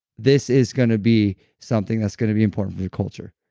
this is going to be something that's going to be important for the culture,